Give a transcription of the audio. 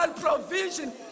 provision